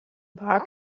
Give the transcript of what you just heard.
bar